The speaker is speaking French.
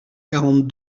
quarante